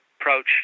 approach